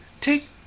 take